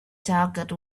talked